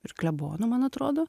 ir klebonu man atrodo